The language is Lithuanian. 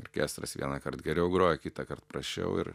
orkestras vienąkart geriau groja kitąkart prasčiau ir